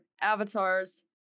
avatars